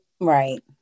Right